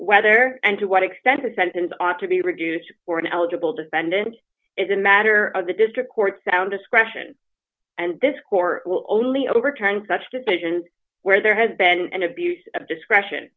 whether and to what extent a sentence ought to be reduced or an eligible defendant is a matter of the district court found discretion and this court will only overturn such decisions where there has been an abuse of discretion